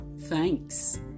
thanks